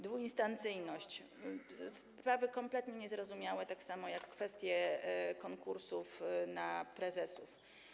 Dwuinstancyjność - sprawa kompletnie niezrozumiała, tak samo jak kwestia konkursów na prezesów.